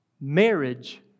Marriage